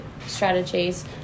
strategies